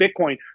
Bitcoin